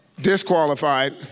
Disqualified